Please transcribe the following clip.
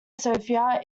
sophia